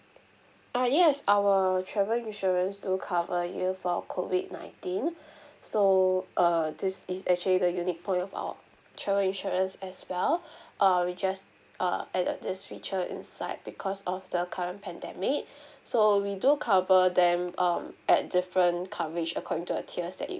err yes our travel insurance do cover you for COVID nineteen so err this is actually the you need for your travel insurance as well err we just err added this feature inside because of the current pandemic so we do cover them um at different coverage according to a tiers that you